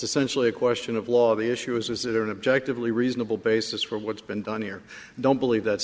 essentially a question of law the issue is is there an objective lee reasonable basis for what's been done here don't believe that